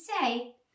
say